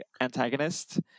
antagonist